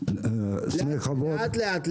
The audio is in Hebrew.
לאט לאט,